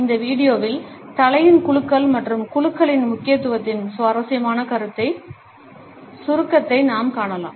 இந்த வீடியோவில் தலையின் குலுக்கல் மற்றும் குலுக்கலின் முக்கியத்துவத்தின் சுவாரஸ்யமான சுருக்கத்தை நாம் காணலாம்